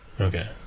Okay